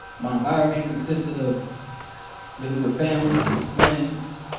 my environment consisted of living with family, friends,